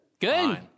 Good